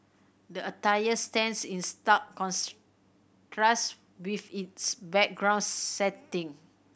the attire stands in stark contrast with its background setting